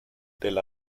del